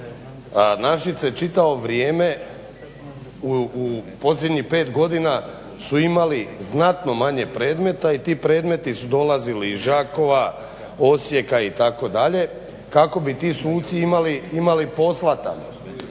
Našice čitavo vrijeme u posljednjih 5 godina su imali znatno manje predmeta i ti predmeti su dolazili iz Đakova, Osijeka itd. kako bi ti suci imali posla